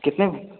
कितने